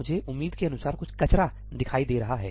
मुझे उम्मीद के अनुसार कुछ कचरा दिखाई दे रहा है